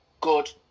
good